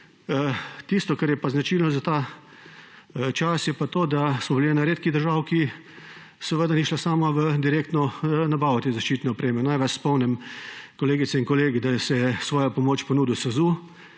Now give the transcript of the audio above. Tisto, kar je pa značilno za ta čas, je pa to, da smo bili ena redkih držav, ki ni šla sama v direktno nabavo te zaščitne opreme. Naj vas spomnim, kolegice in kolegi, da je svojo pomoč ponudil SAZU,